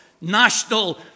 national